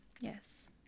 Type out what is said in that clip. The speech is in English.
Yes